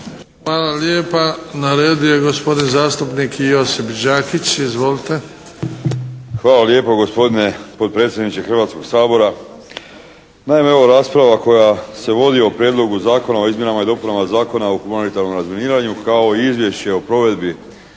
Hvala lijepa. Na redu je gospodin zastupnik Josip Đakić. Izvolite. **Đakić, Josip (HDZ)** Hvala lijepo gospodine potpredsjedniče Hrvatskog sabora. Naime evo rasprava koja se vodi o Prijedlogu zakona o izmjenama i dopunama Zakona o humanitarnom razminiranju kao i izvješće o provedbi